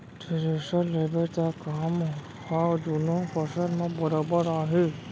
thresher लेबे त काम ह दुनों फसल म बरोबर आही